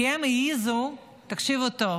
כי הם העזו, תקשיבו טוב,